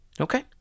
okay